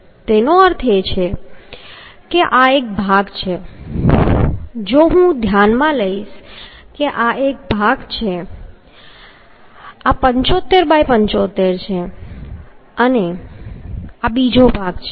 તેનો અર્થ એ છે કે આ એક ભાગ છે જો હું ધ્યાનમાં લઈશ કે આ એક ભાગ છે આ 75 ✕ 75 અને આ બીજો ભાગ છે